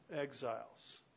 exiles